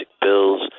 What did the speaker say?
bills